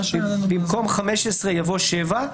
במקום "15" יבוא "7".